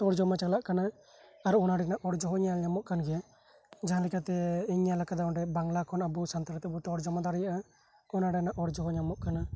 ᱛᱚᱨᱡᱚᱢᱟ ᱪᱟᱞᱟᱜ ᱠᱟᱱᱟ ᱟᱨ ᱚᱱᱟ ᱨᱮᱱᱟᱜ ᱚᱨᱡᱚ ᱦᱚᱸ ᱧᱮᱞ ᱧᱟᱢᱚᱜ ᱠᱟᱱ ᱜᱮᱭᱟ ᱡᱟᱦᱟᱸᱞᱮᱠᱟ ᱫᱚ ᱤᱧᱤᱧ ᱧᱮᱞᱟᱠᱟᱫᱟ ᱚᱸᱰᱮ ᱟᱵᱚ ᱵᱟᱝᱞᱟ ᱠᱷᱚᱱ ᱥᱟᱱᱛᱟᱲᱤ ᱛᱮᱵᱚ ᱛᱚᱨᱡᱚᱢᱟ ᱫᱟᱲᱮᱭᱟᱜᱼᱟ ᱚᱱᱟ ᱨᱮᱱᱟᱜ ᱚᱨᱡᱚ ᱦᱚᱸ ᱧᱟᱢᱚᱜ ᱠᱟᱱᱟ